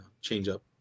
change-up